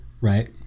right